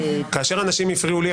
כאשר אנשים הפריעו לי,